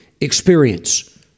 experience